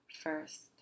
first